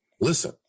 Listen